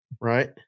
Right